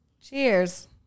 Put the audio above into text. Cheers